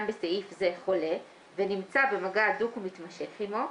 בסעיף זה חולה) ונמצא במגע הדוק ומתמשך עימו,